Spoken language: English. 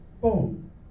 Boom